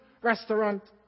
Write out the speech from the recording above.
restaurant